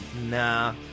Nah